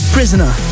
Prisoner